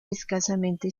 escasamente